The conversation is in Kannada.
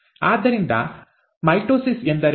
ಆದ್ದರಿಂದ ಮೈಟೊಸಿಸ್ ಎಂದರೇನು